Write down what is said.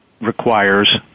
requires